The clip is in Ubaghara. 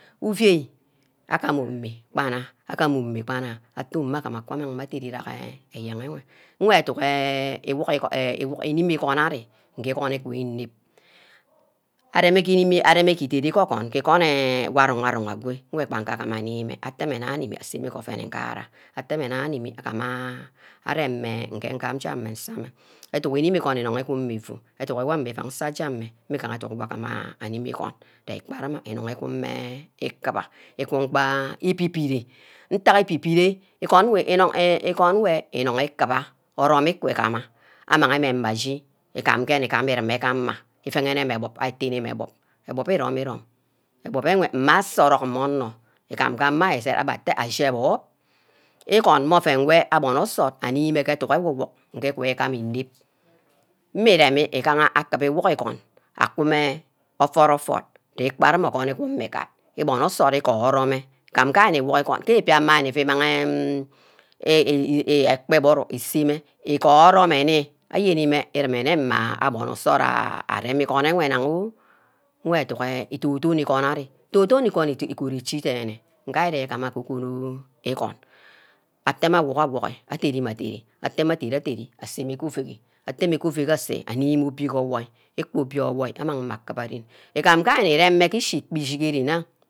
Uahi agama omu-mmeh, gba nneh, ohumeh gba ma atteh omu-meh ma ayam ake amang mme adere jaghe eyen enwe nwe edunk enh ewu igon, immiigon ari, nge igun igumeh inep aremer ke inime, aremay ke idere ke orgon nge igonha war arong arong ago engwe mme abang ge aguma arong ani-meh atteh mmeh nna animi ase mme ke oven ngahara, atte mmeh nna animi aguma aremeh nge njameh nsa meh edunk wi inim igon inung wun mme ifu adunk wong mme nsa ajemeh mmigaha edunk amang mme animi igon, ge-kpara inack won-mmeh ikibba igune bah ibi-bire, ntack ibi-bire igon wor inung ikiba orome, ikuguma amang mme ashi igam nge nirume gah arah, ivene-meh ebup dane meh ebup, ebup irome irome, ebup mme asa oroak mme onor igam nga ama your ized, abba atte ashi ebup wor, igon mmeh oven wey abonor nsort animeh gee edunk ewu-wug ke edunk igama inep mmeh iremi igaha akubu iwug igon akumeh oford oford de kparim mme agon word mme igad, imonor nsort je kpana ogun wod mme igad imonor nsort igohor mmeh igam nge ari-ni-wug igon gbange ibia-mani, image ekpa igburu iseeh mmeh igunor mme nni ayeni mmeh mma nne aboni nsort arem igoneh enwe mmeh nag oh, nwe edunk enh ido-don igon ari, idon don igon idit, igort ichi dene, nge ari gamah gogo-nnor igon atte mme awug-awugi adene-mme adene, atameh adene-adene aseme ku vugi atteme ku vuugi ase ani meh obio goi owoi, iku oboi orwoi amang mme akiba gee ren, igam nge ari ni-rem mmeh ke igbi ishig ere nnaha